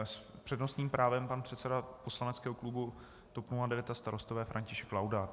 S přednostním právem pan předseda poslaneckého klubu TOP 09 a Starostové František Laudát.